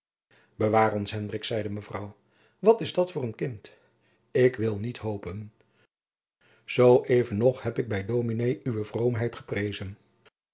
bewaar ons hendrik zeide mevrouw wat is dat voor een kind ik wil niet hopen zoo even nog heb ik bij dominé uwe vroomheid geprezen